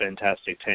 fantastic